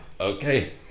Okay